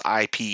IP